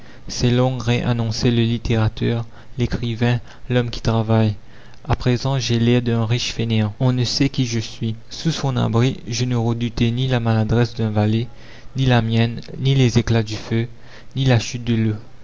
ces longues raies annonçaient le littérateur l'écrivain l'homme qui travaille a présent j'ai l'air d'un riche fainéant on ne sait qui je suis sous son abri je ne redoutais ni la maladresse d'un valet ni la mienne ni les éclats du feu ni la chute de l'eau